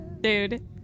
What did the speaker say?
Dude